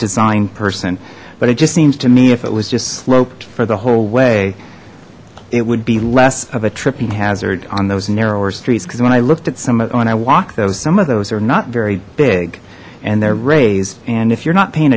design person but it just seems to me if it was just sloped for the whole way it would be less of a tripping hazard on those narrower streets because when i looked at some when i walk though some of those are not very big and they're raised and if you're not paying